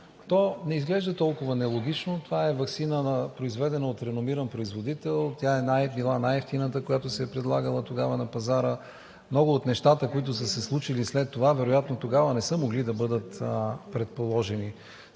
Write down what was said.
то не изглежда толкова нелогично. Това е ваксина, произведена от реномиран производител. Тя е била най-евтината, която се е предлагала тогава на пазара. Много от нещата, които са се случили след това, вероятно тогава не са могли да бъдат предположени.